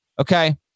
Okay